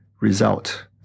result